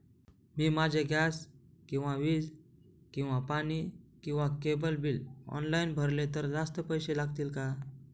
मी माझे गॅस किंवा वीज किंवा पाणी किंवा केबल बिल ऑनलाईन भरले तर जास्त पैसे लागतील का?